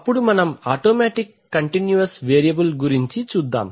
ఇప్పుడు మనం automatic continuous variable గురించి చూద్దాం